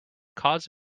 cause